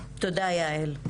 תודה, יעל.